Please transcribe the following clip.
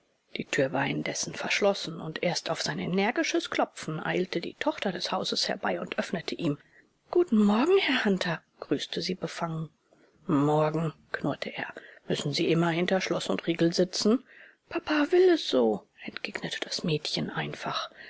die tür war indessen verschlossen und erst auf sein energisches klopfen eilte die tochter des hauses herbei und öffnete ihm guten morgen herr hunter grüßte sie befangen n morgen knurrte er müssen sie immer hinter schloß und riegel sitzen papa will es so entgegnete das mädchen einfach